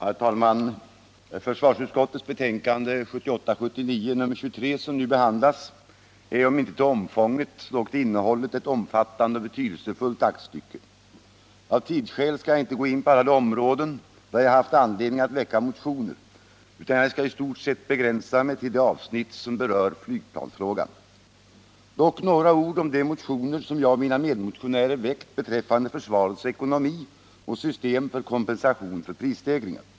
Herr talman! Försvarsutskottets betänkande 1978/79:23, som nu behandlas, är om inte till omfånget så dock till innehållet ett omfattande och betydelsefullt aktstycke. Av tidsskäl skall jag inte gå in på alla de områden där jag har haft anledning att väcka motioner, utan jag skall i stort sett begränsa mig till det avsnitt som berör flygplansfrågan. Dock några ord om de motioner som jag och mina medmotionärer väckt beträffande försvarets ekonomi och system för kompensation för prisstegringar.